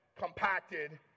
compacted